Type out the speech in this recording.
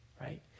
Right